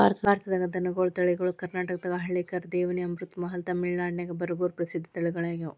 ಭಾರತದಾಗ ದನಗೋಳ ತಳಿಗಳು ಕರ್ನಾಟಕದಾಗ ಹಳ್ಳಿಕಾರ್, ದೇವನಿ, ಅಮೃತಮಹಲ್, ತಮಿಳನಾಡಿನ್ಯಾಗ ಬರಗೂರು ಪ್ರಸಿದ್ಧ ತಳಿಗಳಗ್ಯಾವ